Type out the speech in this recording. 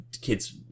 kids